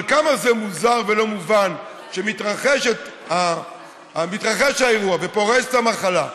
אבל כמה זה מוזר ולא מובן שכשמתרחש האירוע ופורצת המחלה,